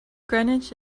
greenwich